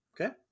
Okay